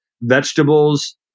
vegetables